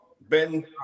Ben